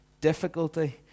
Difficulty